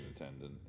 attendant